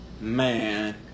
Man